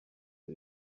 are